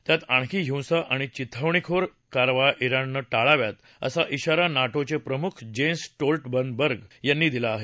त्यात आणखी हिंसा आणि चिथावणीखोर कारवाया शिणनं टाळाव्यात असा शिवारा नाटोचे प्रमुख जेन्स स्टोल्टनबर्ग यांनी दिला आहे